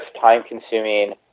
time-consuming